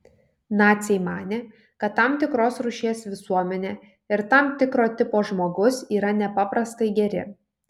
naciai manė kad tam tikros rūšies visuomenė ir tam tikro tipo žmogus yra nepaprastai geri